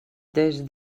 des